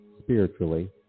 spiritually